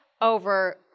over